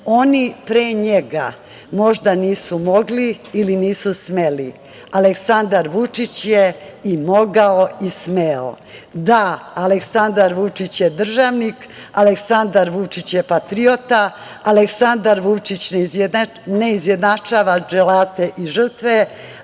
pre njega možda nisu mogli ili nisu smeli, Aleksandar Vučić je i mogao i smeo. Da, Aleksandar Vučić je državnik, Aleksandar Vučić je patriota, Aleksandar Vučić ne izjednačava dželate i žrtve,